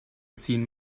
ziehen